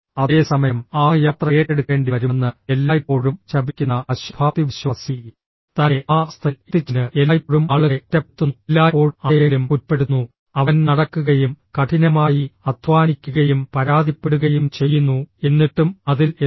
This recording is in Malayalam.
അതേസമയം ആ യാത്ര ഏറ്റെടുക്കേണ്ടിവരുമെന്ന് എല്ലായ്പ്പോഴും ശപിക്കുന്ന അശുഭാപ്തിവിശ്വാസി തന്നെ ആ അവസ്ഥയിൽ എത്തിച്ചതിന് എല്ലായ്പ്പോഴും ആളുകളെ കുറ്റപ്പെടുത്തുന്നു എല്ലായ്പ്പോഴും ആരെയെങ്കിലും കുറ്റപ്പെടുത്തുന്നു അവൻ നടക്കുകയും കഠിനമായി അധ്വാനിക്കുകയും പരാതിപ്പെടുകയും ചെയ്യുന്നു എന്നിട്ടും അതിൽ എത്തുന്നു